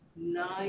Nine